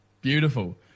beautiful